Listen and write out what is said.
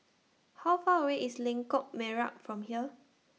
How Far away IS Lengkok Merak from here